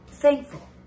Thankful